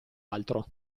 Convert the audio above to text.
altro